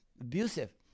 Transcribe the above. abusive